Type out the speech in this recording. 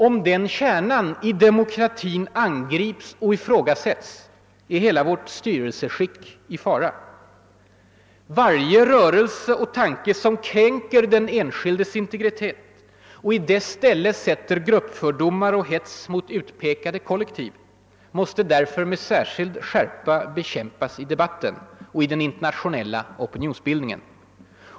Om den kärnan i demokratin angrips och ifrågasätts är hela vårt styrelseskick i fara. Varje rörelse och tanke som kränker den enskildes integritet och i dess ställe sätter gruppfördomar och hets mot utpekade kollektiv måste därför med särskild skärpa bekämpas i debatten och i internationell opinionsbildning.